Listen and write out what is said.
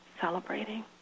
celebrating